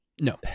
No